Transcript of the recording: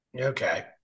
Okay